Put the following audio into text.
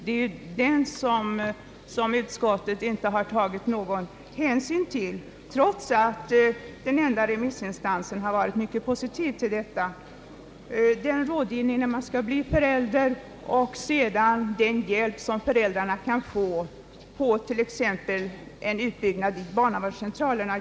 Denna synpunkt har utskottet inte tagit någon hänsyn till, trots att den enda remissinstansen har varit mycket positiv när det gäller den rådgivning man bör få när man skall bli förälder och sedan den hjälp som kan ges föräldrarna t.ex. genom en utbyggnad av barnavårdscentralerna.